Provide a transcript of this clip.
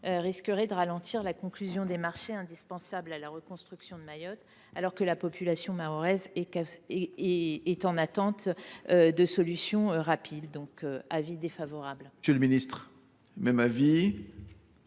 risque de ralentir la conclusion des marchés indispensables à la reconstruction de Mayotte, alors que la population mahoraise est en attente de solutions rapides. Par conséquent, la